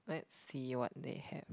let's see what they have